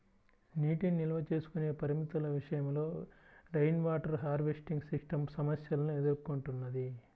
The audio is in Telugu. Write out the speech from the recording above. నీటిని నిల్వ చేసుకునే పరిమితుల విషయంలో రెయిన్వాటర్ హార్వెస్టింగ్ సిస్టమ్ సమస్యలను ఎదుర్కొంటున్నది